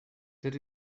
that